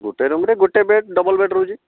ଗୋଟିଏ ରୁମ୍ରେ ଗୋଟିଏ ବେଡ଼୍ ଡବଲ୍ ବେଡ଼୍ ରହୁଛି